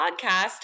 podcast